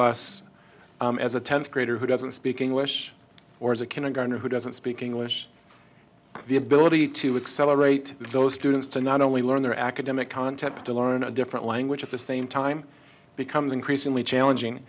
us as a tenth grader who doesn't speak english or is it can a guy who doesn't speak english the ability to accelerate those students to not only learn their academic content but to learn in a different language at the same time becomes increasingly challenging